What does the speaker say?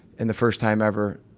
in the first time ever,